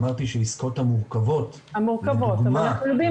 אמרתי שהעסקאות המורכבות --- אנחנו יודעים